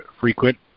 frequent